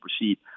proceed